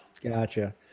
Gotcha